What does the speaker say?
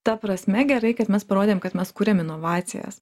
ta prasme gerai kad mes parodėm kad mes kuriam inovacijas